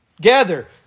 Gather